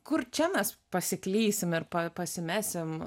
kur čia mes pasiklysim ir pasimesim